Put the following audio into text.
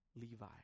Levi